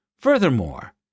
Furthermore